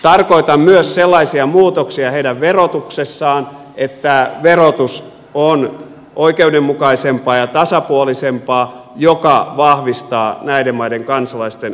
tarkoitan myös sellaisia muutoksia heidän verotuksessaan että verotus on oikeudenmukaisempaa ja tasapuolisempaa mikä vahvistaa näiden maiden kansalaisten veromoraalia